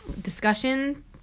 Discussion